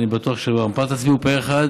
אני בטוח שגם הפעם תצביעו פה אחד,